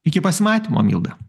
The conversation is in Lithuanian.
iki pasimatymo milda